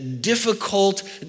difficult